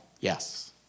yes